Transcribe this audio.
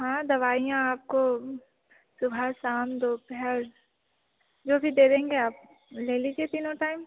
हाँ दवाइयाँ आपको सुबह शाम दोपहर जो भी दे देंगे आप ले लीजिए तीनों टाइम